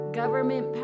government